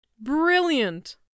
Brilliant